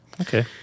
Okay